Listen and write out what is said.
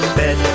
bed